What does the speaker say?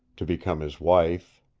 to become his wife,